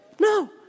No